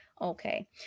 okay